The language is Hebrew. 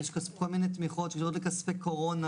גם סכום אפס.